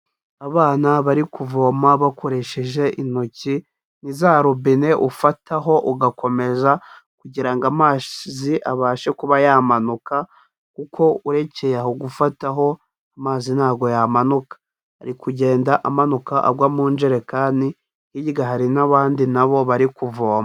Abana bari kuvoma bakoresheje intoki, ni za robine ufataho ugakomeza kugira ngo amazi abashe kuba yamanuka kuko urekeye aho gufataho amazi ntabwo yamanuka, ari kugenda amanuka agwa mu njerekani, hirya hari n'abandi nabo bari kuvoma.